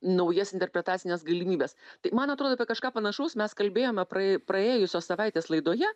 naujas interpretacines galimybes tai man atrodo apie kažką panašaus mes kalbėjome pra praėjusios savaitės laidoje